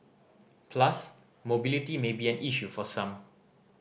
plus mobility may be an issue for some